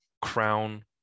crown